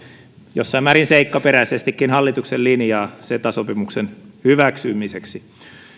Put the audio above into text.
jossain määrin seikkaperäisestikin hallituksen linjaa ceta sopimuksen hyväksymiseksi